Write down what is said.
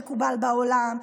אין בו מודל שמקובל בעולם,